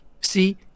See